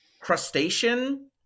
crustacean